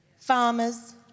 farmers